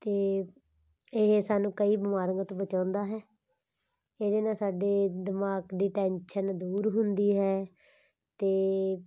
ਅਤੇ ਇਹ ਸਾਨੂੰ ਕਈ ਬਿਮਾਰੀਆਂ ਤੋਂ ਬਚਾਉਂਦਾ ਹੈ ਇਹਦੇ ਨਾਲ ਸਾਡੇ ਦਿਮਾਗ ਦੀ ਟੈਂਸ਼ਨ ਦੂਰ ਹੁੰਦੀ ਹੈ ਤੇ